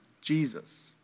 Jesus